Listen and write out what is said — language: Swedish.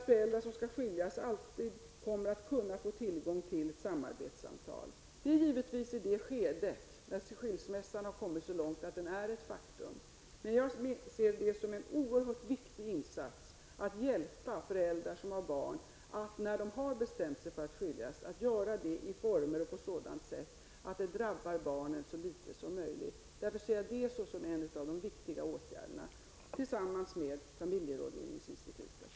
Föräldrar som skall skiljas kommer alltid att få tillgång till ett samarbetssamtal. Detta sker naturligtvis i det skedet när skilsmässan är ett faktum. Men jag ser det som en oerhört viktig insats att hjälpa makar som har barn och bestämt sig för att skiljas, att göra detta i sådana former att det drabbar barnen så litet som möjligt. Jag ser därför detta som en av de viktiga åtgärderna tillsammans med familjerådgivningsinstitutet.